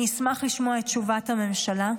אני אשמח לשמוע את תשובת הממשלה.